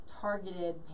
Targeted